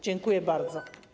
Dziękuję bardzo.